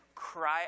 Cry